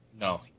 No